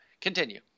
continue